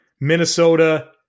Minnesota –